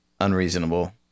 unreasonable